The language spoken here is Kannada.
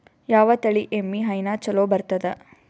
ಯಾವ ತಳಿ ಎಮ್ಮಿ ಹೈನ ಚಲೋ ಬರ್ತದ?